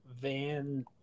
Van